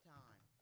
time